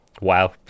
wow